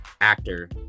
actor